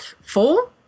four